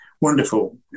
Wonderful